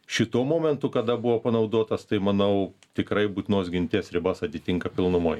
šituo momentu kada buvo panaudotas tai manau tikrai būtinos ginties ribas atitinka pilnumoj